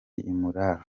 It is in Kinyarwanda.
imurora